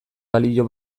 balio